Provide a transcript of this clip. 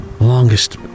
Longest